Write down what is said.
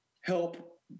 help